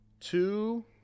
Two